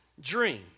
dream